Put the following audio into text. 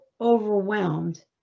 overwhelmed